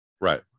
Right